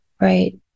Right